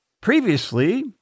previously